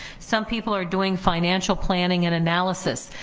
some people are doing financial planning and analysis.